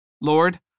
Lord